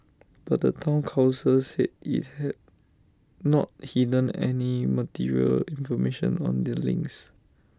but the Town Council said IT had not hidden any material information on the links